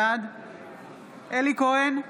בעד אלי כהן,